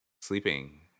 sleeping